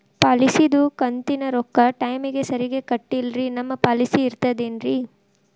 ಪಾಲಿಸಿದು ಕಂತಿನ ರೊಕ್ಕ ಟೈಮಿಗ್ ಸರಿಗೆ ಕಟ್ಟಿಲ್ರಿ ನಮ್ ಪಾಲಿಸಿ ಇರ್ತದ ಏನ್ರಿ?